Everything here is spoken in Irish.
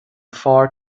fearr